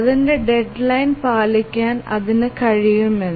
അതിന്റെ ഡെഡ്ലൈൻ പാലിക്കാൻ അതിന് കഴിയുമെന്ന്